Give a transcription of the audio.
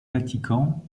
vatican